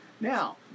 Now